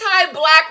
anti-black